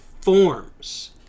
forms